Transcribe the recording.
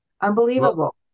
unbelievable